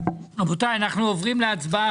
רבותיי, אנחנו עוברים להצבעה.